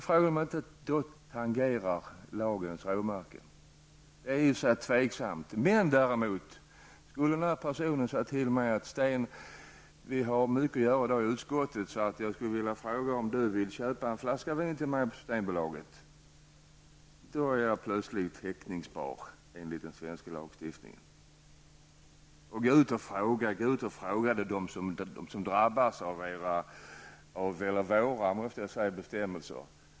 Frågan är om jag inte redan då tangerar lagens råmärke. Det kan i och för sig vara tveksamt. Om den här personen däremot sade att han hade mycket att göra i utskottet och ville jag skulle köpa en flaska vin till honom på Systembolaget och jag gjorde det, skulle jag plötsligt vara häktningsbar enligt den svenska lagstiftningen. Gå ut och fråga dem som drabbas av era bestämmelser.